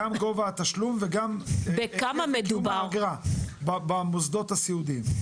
גם גובה התשלום וגם סכום האגרה במוסדות הסיעודיים.